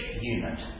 Unit